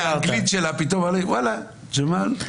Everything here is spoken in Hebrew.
האנגלית שלה, פתאום אני וואלה, ג'מאל.